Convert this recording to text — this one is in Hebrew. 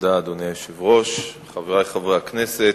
אדוני היושב-ראש, תודה, חברי חברי הכנסת,